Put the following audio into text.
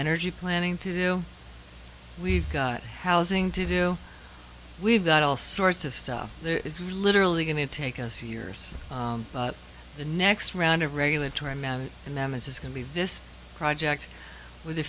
energy planning to do we've got housing to do we've got all sorts of stuff there is literally going to take us years but the next round of regulatory man in them is going to be this project with a